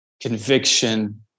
conviction